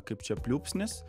kaip čia pliūpsnis